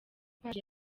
paji